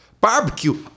Barbecue